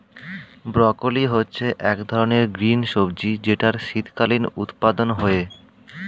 broccoli হচ্ছে এক ধরনের গ্রিন সবজি যেটার শীতকালীন উৎপাদন হয়ে